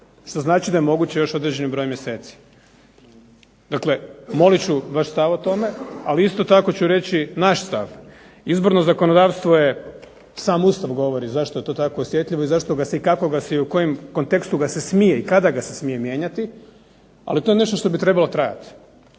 što znači da je moguće još određeni broj mjeseci. Dakle, molit ću vaš stav o tome, ali isto tako ću reći i naš stav. Izborno zakonodavstvo je, sam Ustav govori zašto je to tako osjetljivo, i zašto ga se i kako ga se i u kojem kontekstu ga se smije i kada ga se smije mijenjati ali to je nešto što bi trebalo trajati.